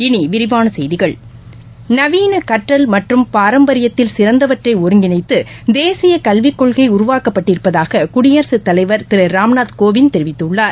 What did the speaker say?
இனி விரிவான செய்திகள் கற்றல் மற்றும் பாரம்பரியத்தில் சிறந்தவற்றை ஒருங்கிணைத்து தேசிய கல்விக்கொள்கை நவீன உருவாக்கப்பட்டிருப்பதாக குடியரசுத் தலைவர் திரு ராம்நாத் கோவிந்த் தெரிவித்துள்ளார்